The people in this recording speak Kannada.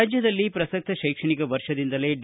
ರಾಜ್ಯದಲ್ಲಿ ಪ್ರಸಕ್ತ ಶೈಕ್ಷಣಿಕ ವರ್ಷದಿಂದಲೇ ಡಿ